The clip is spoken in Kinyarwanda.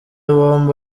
bombi